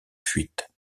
fuite